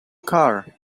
car